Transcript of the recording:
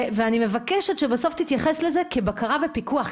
אני מבקשת שבסוף תתייחס לזה כבקרה ופיקוח.